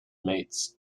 mates